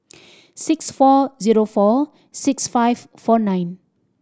six four zero four six five four nine